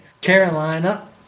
Carolina